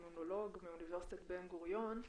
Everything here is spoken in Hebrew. אימונולוג מאוניברסיטת בן גוריון.